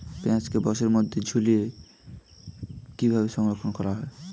পেঁয়াজকে বাসের মধ্যে ঝুলিয়ে কিভাবে সংরক্ষণ করা হয়?